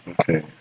Okay